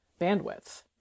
bandwidth